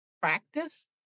practice